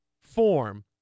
form